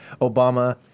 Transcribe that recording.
Obama